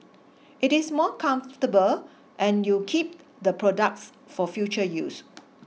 it is more comfortable and you keep the products for future use